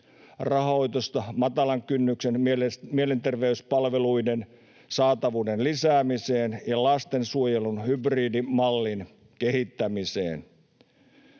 rahoitusta matalan kynnyksen mielenterveyspalveluiden saatavuuden lisäämiseen ja lastensuojelun hybridimallin kehittämiseen.